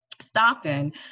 Stockton